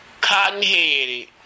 cotton-headed